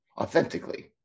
Authentically